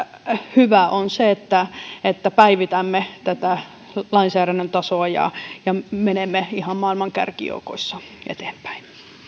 hyvää on se että että päivitämme lainsäädännön tasoa ja ja menemme ihan maailman kärkijoukoissa eteenpäin